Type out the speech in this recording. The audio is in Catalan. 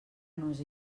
nos